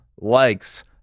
likes